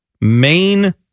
main